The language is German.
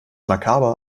makaber